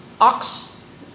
ox